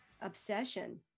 obsession